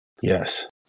Yes